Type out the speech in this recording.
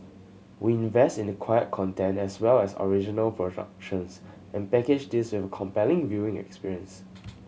we invest in acquired content as well as original productions and package this with a compelling viewing experience